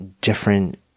different